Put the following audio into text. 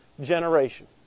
generation